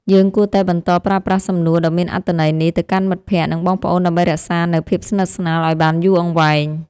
យើងគួរតែបន្តប្រើប្រាស់សំណួរដ៏មានអត្ថន័យនេះទៅកាន់មិត្តភក្តិនិងបងប្អូនដើម្បីរក្សានូវភាពស្និទ្ធស្នាលឱ្យបានយូរអង្វែង។